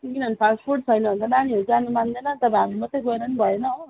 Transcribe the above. किनभने फास्टफुड छैन भने त नानीहरू जानु मान्दैन तब हामी मात्रै गएर पनि भएन हो